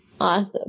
Awesome